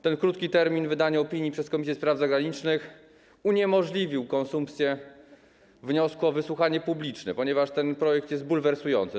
Ten krótki termin wydania opinii przez Komisję Spraw Zagranicznych uniemożliwił konsumpcję wniosku o wysłuchanie publiczne, ponieważ ten projekt jest bulwersujący.